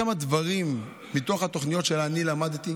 את יודעת כמה דברים מתוך התוכניות שלה אני למדתי?